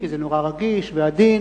כי זה נורא רגיש ועדין,